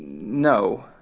no.